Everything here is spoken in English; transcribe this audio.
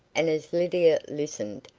and as lydia listened,